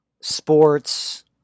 sports